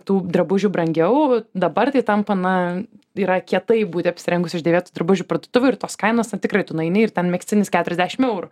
tų drabužių brangiau bet dabar tai tampa na yra kietai būti apsirengusi iš dėvėtų drabužių parduotuvių ir tos kainos na tikrai tu nueini ir ten megztinis keturiasdešim eurų